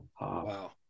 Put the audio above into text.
Wow